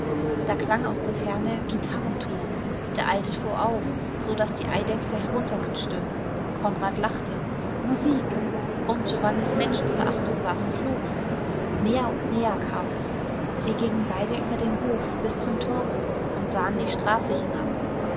da klang aus der ferne gitarrenton der alte fuhr auf so daß die eidechse herunterrutschte konrad lachte musik und giovannis menschenverachtung war verflogen näher und näher kam es sie gingen beide über den hof bis zum torbogen und sahen die straße hinab